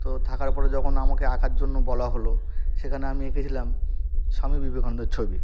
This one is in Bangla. তো থাকার পরে যখন আমাকে আঁকার জন্য বলা হলো সেখানে আমি এঁকেছিলাম স্বামী বিবেকান্দের ছবি